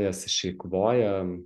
jas išeikvoja